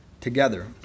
together